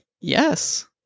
Yes